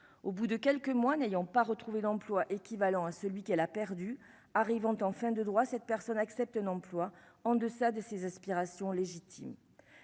au bout de quelques mois n'ayant pas retrouvé d'emploi équivalent à celui qu'elle a perdu arrivant en fin de droits, cette personne accepte un emploi en deçà de ses aspirations légitimes